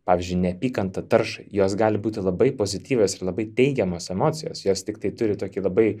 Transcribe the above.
pavyzdžiui neapykanta taršai jos gali būti labai pozityvios ir labai teigiamos emocijos jos tiktai turi tokį labai